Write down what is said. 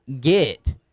get